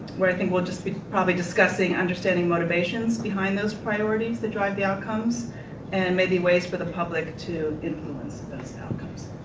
where i think we'll just be probably discussing understanding motivations behind those priorities that drive the outcomes and maybe ways for the public to influence those outcomes.